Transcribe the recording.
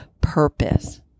purpose